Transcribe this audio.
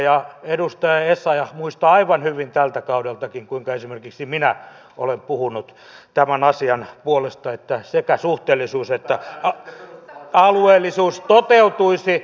ja edustaja essayah muistaa aivan hyvin tältä kaudeltakin kuinka esimerkiksi minä olen puhunut tämän asian puolesta että sekä suhteellisuus että alueellisuus toteutuisi